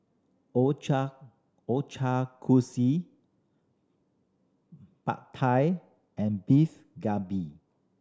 Pad Thai and Beef Galbi